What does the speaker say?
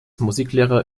musiklehrer